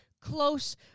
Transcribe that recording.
close